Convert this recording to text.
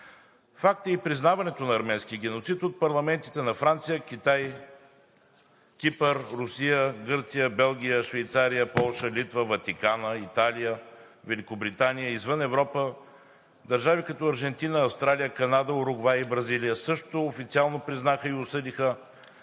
Факт е и признаването на арменския геноцид от парламентите на Франция, Китай, Кипър, Русия, Гърция, Белгия, Швейцария, Полша, Литва, Ватикана, Италия, Великобритания. И извън Европа държави като Аржентина, Австралия, Канада, Уругвай, Бразилия също официално признаха и осъдиха